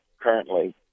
currently